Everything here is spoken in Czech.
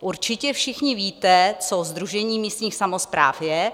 Určitě všichni víte, co Sdružení místních samospráv je.